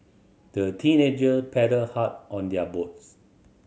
the teenager paddled hard on their boats